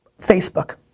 Facebook